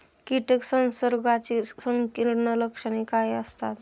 कीटक संसर्गाची संकीर्ण लक्षणे काय असतात?